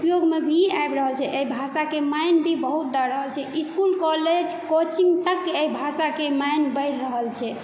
उपयोगमे भी आबि रहल छै एहि भाषा के मानि भी बहुत दऽ रहल छै इसकूल कौलेज कोचिंग तक एहि भाषा के मानि बढ़ि रहल छै